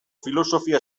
filosofia